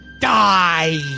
die